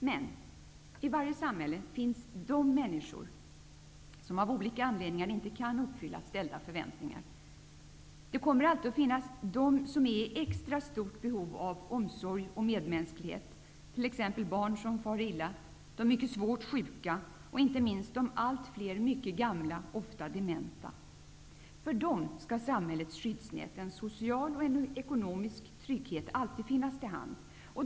Men i varje samhälle finns de människor som av olika anledningar inte kan uppfylla ställda för väntningar. Det kommer alltid att finnas de som är i extra stort behov av omsorg och medmänsk lighet, t.ex. barn som far illa, de mycket svårt sjuka och inte minst de alltfler mycket gamla, ofta dementa. För dem skall samhällets skyddsnät, en social och ekonomisk trygghet, alltid finns till hands.